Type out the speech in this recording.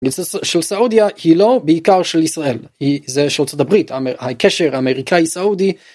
אה.. זה.. של סעודיה היא לא בעיקר של ישראל היא זה של ארצות הברית. האמ.. הקשר האמריקאי סעודי.